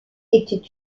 était